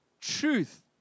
truth